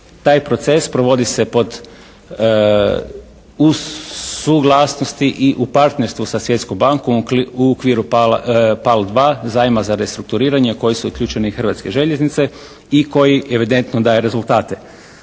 Taj proces provodi se uz suglasnosti i u partnerstvu sa Svjetskom bankom u okviru PAL2, zajma za restrukturiranje u koji su uključeni i Hrvatske željeznice i koji evidentno daje rezultate.